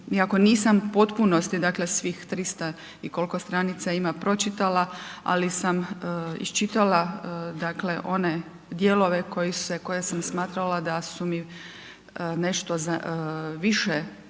iako nisam u potpunosti dakle svih 300 i koliko stranica pročitala ali sam iščitala dakle one dijelove koji se, koje sam smatrala da su mi nešto za više značajniji